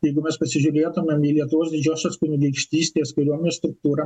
jeigu mes pasižiūrėtumėm į lietuvos didžiosios kunigaikštystės kariuomenės struktūrą